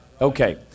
Okay